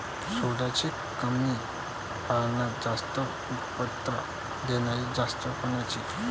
सोल्याची कमी पान्यात जास्त उत्पन्न देनारी जात कोनची?